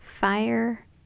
fire